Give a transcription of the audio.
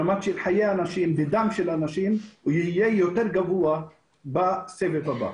ברמה של חיי אנשים ודם של אנשים יהיה יותר גרוע בסבב הבא.